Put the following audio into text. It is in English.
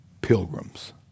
pilgrims